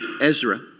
Ezra